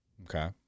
Okay